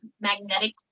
magnetic